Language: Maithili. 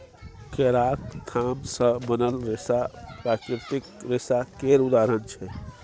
केराक थाम सँ बनल रेशा प्राकृतिक रेशा केर उदाहरण छै